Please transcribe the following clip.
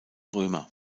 römer